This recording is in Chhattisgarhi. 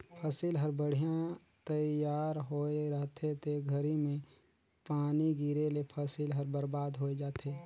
फसिल हर बड़िहा तइयार होए रहथे ते घरी में पानी गिरे ले फसिल हर बरबाद होय जाथे